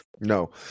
No